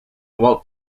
walt